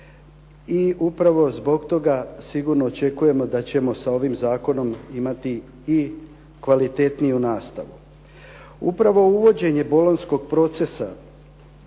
i upravo zbog toga sigurno očekujemo da ćemo sa ovim zakonom imati i kvalitetniju nastavu. Upravo uvođenje Bolonjskog procesa